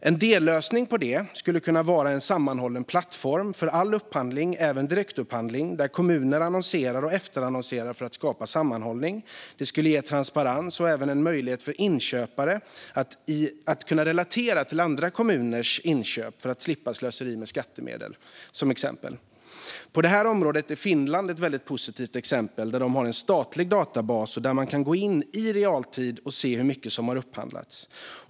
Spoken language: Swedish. En dellösning på det skulle kunna vara en sammanhållen plattform för all upphandling, även direktupphandling, där kommuner annonserar och efterannonserar. Det skulle skapa sammanhållning, ge transparens och även ge en möjlighet för inköpare att relatera till andra kommuners inköp för att slippa slöseri med skattemedel. På detta är område är Finland ett väldigt positivt exempel. De har en statlig databas där man kan gå in i realtid och se hur mycket som har upphandlats.